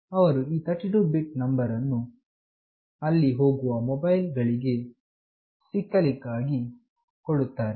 ಅವರು ಈ 32 bit number ಅನ್ನು ಅಲ್ಲಿ ಹೋಗುವ ಮೊಬೈಲ್ ಗಳಿಗೆ ಸಿಗಲಿಕ್ಕಾಗಿ ಕೊಡುತ್ತಾರೆ